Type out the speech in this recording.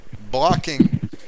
blocking